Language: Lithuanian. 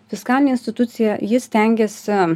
fiskalinė institucija ji stengiasi